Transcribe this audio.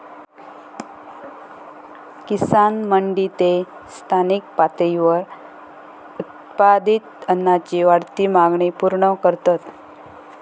किसान मंडी ते स्थानिक पातळीवर उत्पादित अन्नाची वाढती मागणी पूर्ण करतत